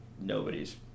nobody's